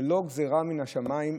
זה לא גזרה מן השמיים,